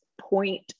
point